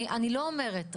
אני לא אומרת,